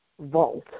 vault